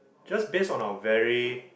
just based on our very